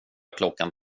klockan